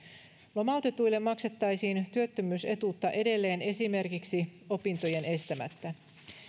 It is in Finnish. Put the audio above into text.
lomautetuille maksettaisiin työttömyysetuutta edelleen esimerkiksi opintojen estämättä